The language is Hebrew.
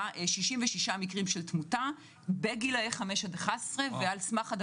66 מקרי תמותה בגילאי 5 עד 11 ועל סמך זה